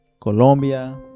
Colombia